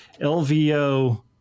LVO